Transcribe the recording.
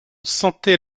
sentait